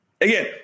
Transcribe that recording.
Again